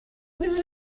with